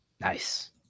Nice